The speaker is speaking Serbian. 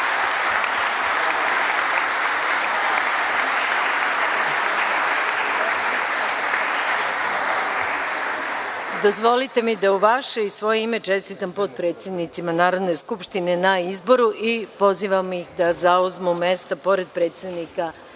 Srbije. Dozvolite mi da u vaše i u svoje ime čestitam potpredsednicima Narodne skupštine na izboru i molim ih da zauzmu mesta pored predsednika